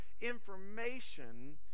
information